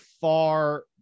far